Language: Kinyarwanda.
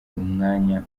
umwanya